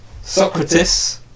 Socrates